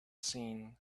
seen